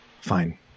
fine